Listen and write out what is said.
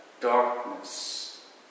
darkness